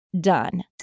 done